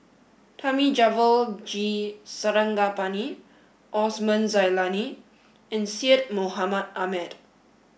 Thamizhavel G Sarangapani Osman Zailani and Syed Mohamed Ahmed